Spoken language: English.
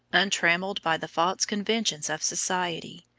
untrammelled by the false conventions of society,